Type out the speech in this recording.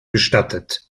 gestattet